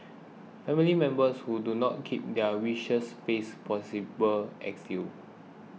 family members who do not keep their wishes face possible exile